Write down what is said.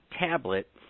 tablet